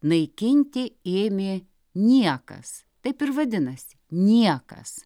naikinti ėmė niekas taip ir vadinasi niekas